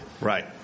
Right